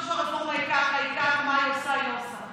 מה היא עושה או לא עושה.